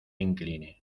incliné